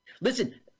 listen